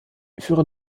für